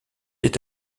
est